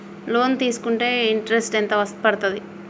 Loan తీస్కుంటే interest ఎంత పడ్తది?